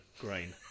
grain